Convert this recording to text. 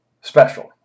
special